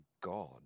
God